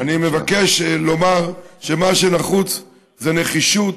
אני מבקש לומר שמה שנחוץ זה נחישות,